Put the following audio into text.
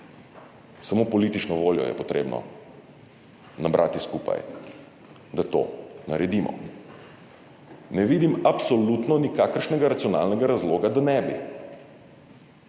Samo politično voljo je potrebno nabrati skupaj, da to naredimo. Ne vidim absolutno nikakršnega racionalnega razloga, da ne bi,